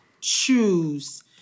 choose